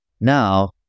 now